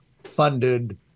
funded